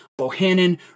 Bohannon